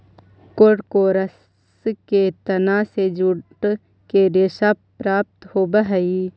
कोरकोरस के तना से जूट के रेशा प्राप्त होवऽ हई